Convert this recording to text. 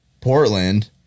Portland